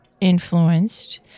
influenced